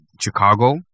Chicago